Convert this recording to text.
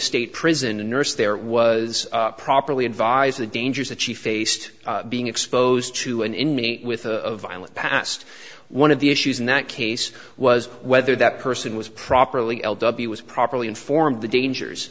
state prison a nurse there was properly advised the dangers that she faced being exposed to an inmate with a violent past one of the issues in that case was whether that person was properly l w was properly informed the dangers